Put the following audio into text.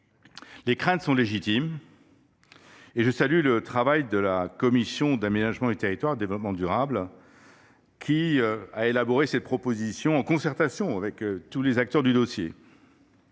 Les craintes sont légitimes. Je salue donc le travail effectué par la commission de l’aménagement du territoire et du développement durable, qui a élaboré cette proposition en concertation avec les acteurs du dossier.